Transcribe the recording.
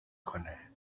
کنه